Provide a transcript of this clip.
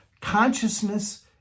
Consciousness